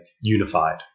unified